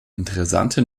interessante